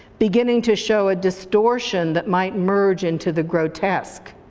beginning to show a distortion that might merge into the grotesque.